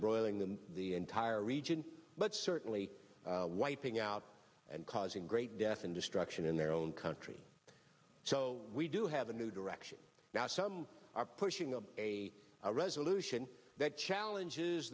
embroiling them the entire region but certainly white thing out and causing great death and destruction in their own country so we do have a new direction got some are pushing of a resolution that challenge